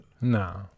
No